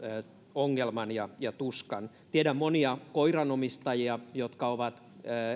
ongelman ja ja tuskan tiedän monia koiranomistajia jotka ovat